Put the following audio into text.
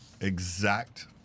exact